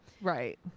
Right